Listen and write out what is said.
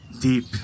deep